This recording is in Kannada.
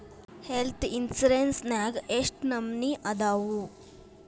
ಹೆಲ್ತ್ ಇನ್ಸಿರೆನ್ಸ್ ನ್ಯಾಗ್ ಯೆಷ್ಟ್ ನಮನಿ ಅದಾವು?